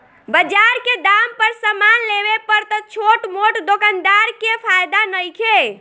बजार के दाम पर समान लेवे पर त छोट मोट दोकानदार के फायदा नइखे